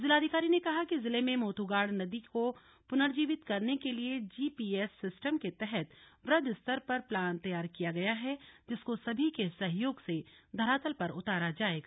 जिलाधिकारी ने कहा कि जिले मे मोथूगाढ़ नदी को पुनर्जीवित करने के लिए जीपीएस सिस्टम के तहत वृहद स्तर पर प्लान तैयार किया गया है जिसको सभी के सहयोग से धरातल पर उतारा जाएगा